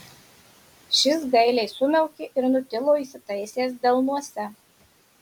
šis gailiai sumiaukė ir nutilo įsitaisęs delnuose